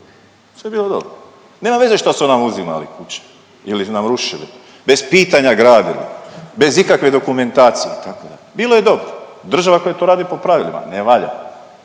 sve je bilo dobro, nema veze što su nam uzimali kuće ili nam rušili, bez pitanja gradili, bez ikakve dokumentacije, bilo je dobro, država koja to radi po pravilima ne valja,